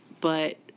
But-